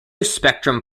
spectrum